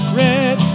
red